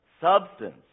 Substance